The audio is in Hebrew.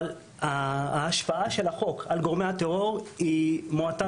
אבל ההשפעה של החוק על גורמי הטרור היא מועטה